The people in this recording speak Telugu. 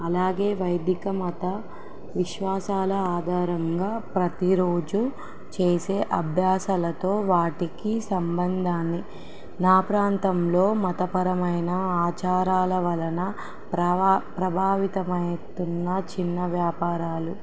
అలాగే వైదిక మత విశ్వాసాల ఆధారంగా ప్రతిరోజు చేసే అభ్యాసాలతో వాటికి సంబంధాన్ని నా ప్రాంతంలో మతపరమైన ఆచారాల వలన ప్రవా ప్రభావితమైతున్న చిన్న వ్యాపారాలు